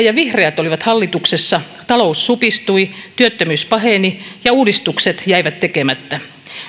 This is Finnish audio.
ja vihreät olivat hallituksessa talous supistui työttömyys paheni ja uudistukset jäivät tekemättä